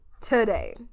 today